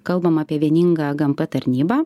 kalbam apie vieningą gmp tarnybą